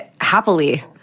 happily